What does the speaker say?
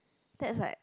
that's like